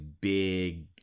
big